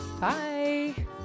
Bye